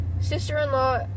Sister-in-law